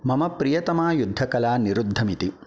मम प्रियतमा युद्धकला निरुद्धम् इति